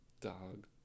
Dog